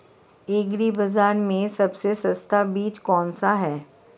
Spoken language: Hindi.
एग्री बाज़ार में सबसे सस्ता बीज कौनसा है?